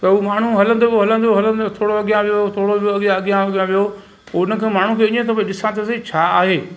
त हू माण्हू हलंदो वियो हलंदो वियो हलंदो वियो थोरो अॻियां वियो थोरो ॿियो अॻियां अॻियां वियो उनखां माण्हू खे ईअं त भई ॾिसां त सई छा आहे